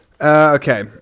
Okay